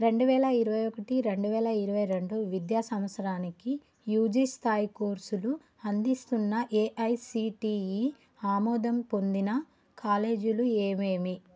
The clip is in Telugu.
రెండువేల ఇరవైఒకటి రెండువేల ఇరవైరెండు విద్యా సంవత్సరానికి యూజీ స్థాయి కోర్సులు అందిస్తున్న ఎఐసిటిఇ ఆమోదం పొందిన కాలేజీలు ఏవేవి